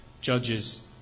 judges